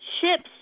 ships